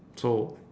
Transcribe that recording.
so